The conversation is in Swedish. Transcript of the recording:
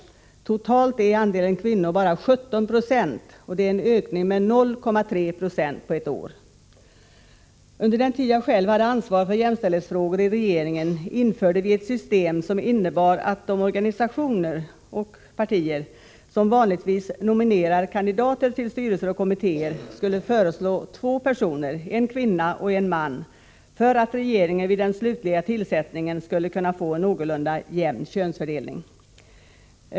Totalt är andelen kvinnor bara 17 90, en ökning med 0,3 9 på ett år. Under den tid då jag själv hade ansvaret för jämställdhetsfrågor i regeringen införde vi ett system som innebar att de organisationer — och partier — som vanligtvis nominerar kandidater till styrelser och kommittéer skulle föreslå två personer, en kvinna och en man, för att regeringen vid den slutliga tillsättningen skulle kunna få en någorlunda jämn könsfördelning.